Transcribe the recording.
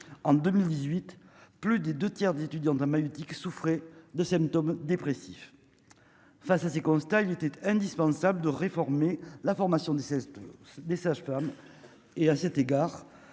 en 2018, plus des 2 tiers des étudiants de la maïeutique souffrait de symptômes dépressifs face à ces constats, il était indispensable de réformer la formation du des sages-femmes et à cet égard